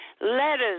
Letters